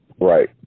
Right